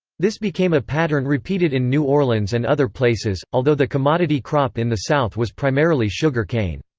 this became a pattern repeated in new orleans and other places, although the commodity crop in the south was primarily sugar cane.